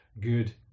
Good